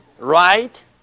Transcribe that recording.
right